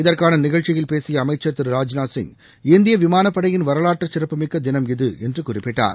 இதற்கான நிகழ்ச்சியில் பேசிய அமைச்சர் திரு ராஜ்நாத் சிங் இந்திய விமானப்படையின் வரலாற்றுச்சிறப்புமிக்க தினம் இது என்று குறிப்பிட்டார்